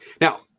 Now